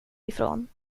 ifrån